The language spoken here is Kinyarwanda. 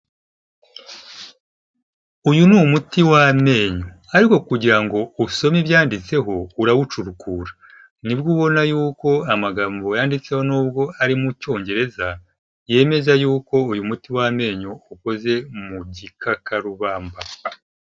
Uyu ni umuti w’amenyo, ariko kugira ngo usome ibyanditseho, urawucukura, nibwo ubona yuko amagambo yanditseho, n’ubwo ari mu Cyongereza, yemezaje yuko uyu muti w’amenyo ukoze mu gikakarubamba.